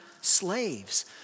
slaves